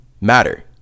matter